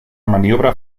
maniobra